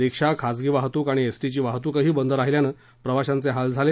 रिक्षा खासगी वाहतूक आणि एसटीची वाहतूकही बंद राहिल्यानं प्रवाशांचे हाल झाले